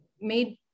made